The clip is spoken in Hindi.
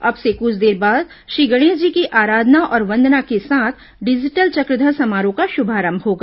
अब से कुछ देर बाद श्री गणेश जी की आराधना और वंदना के साथ डिजिटल चक्रधर समारोह का शुभारंभ होगा